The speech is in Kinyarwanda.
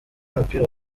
umupira